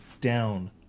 down